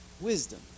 wisdom